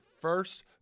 first